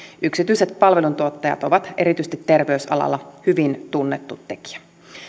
yksityiset palveluntuottajat ovat erityisesti terveysalalla hyvin tunnettu tekijä